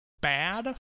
Bad